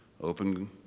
Open